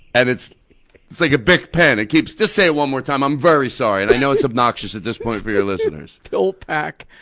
and it's it's like a bic pen. it keeps just say it one more time, i'm very sorry. and i know it's obnoxious at this point for your listeners. it's pillpack.